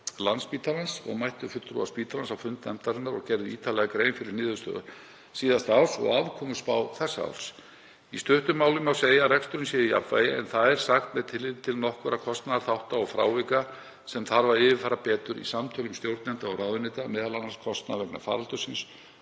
Landspítalans og mættu fulltrúar spítalans á fund nefndarinnar og gerðu ítarlega grein fyrir niðurstöðu síðasta árs og afkomuspá þessa árs. Í stuttu máli má segja að reksturinn sé í jafnvægi en það er sagt með tilliti til nokkurra kostnaðarþátta og frávika sem þarf að yfirfara betur í samtölum stjórnenda og ráðuneyta, m.a. kostnaðar vegna faraldursins